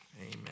amen